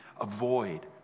avoid